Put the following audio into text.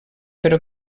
però